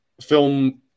film